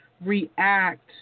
react